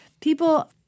people